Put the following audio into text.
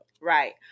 Right